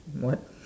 what